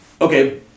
okay